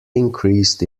increased